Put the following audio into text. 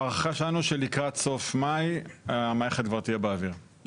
ההערכה שלנו שלקראת סוף מאי המערכת כבר תהיה באוויר,